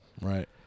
Right